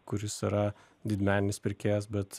kuris yra didmeninis pirkėjas bet